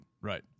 Right